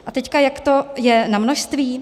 A teď jak to je na množství?